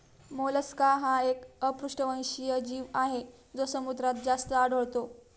Mollusca हा एक अपृष्ठवंशी जीव आहे जो समुद्रात जास्त आढळतो